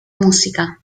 música